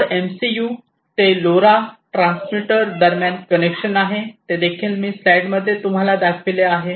node MCU ते LoRa transmitter दरम्यान connection आहे ते देखील मी स्लाईड मध्ये तुम्हाला दाखविले आहे